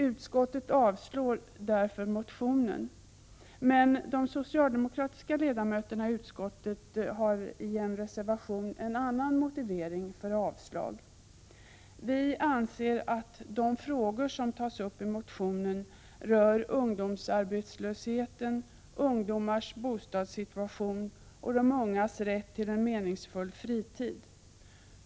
Utskottet avstyrker därför motionen. De socialdemokratiska ledamöterna i utskottet har i en reservation en annan motivering för avslagsyrkande. Vi anser att de frågor som tas upp i motionen rör ungdomsarbetslösheten, ungdomars bostadssituation och de ungas rätt till meningsfull fritid.